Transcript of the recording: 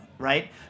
Right